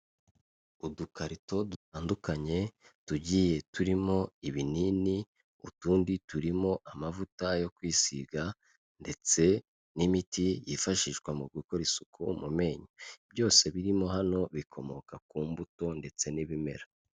Udukarito dutandukanye tugiye turimo ibinini utundi turimo amavuta yo kwisiga ndetse n'imiti yifashishwa mu gukora isuku mu menyo, byose birimo hano bikomoka ku mbuto ndetse n'ibimera.